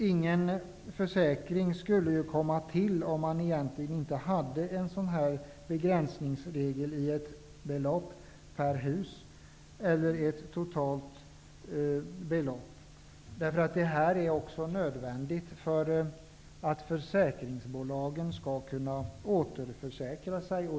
Ingen försäkring skulle komma till egentligen, om man inte hade en begränsningsregel, ett belopp per hus eller ett belopp totalt. Det är också nödvändigt för att försäkringsbolagen skall kunna återförsäkra sig.